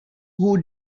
who